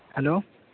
hello